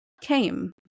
came